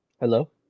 Hello